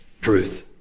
truth